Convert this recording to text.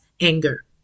anger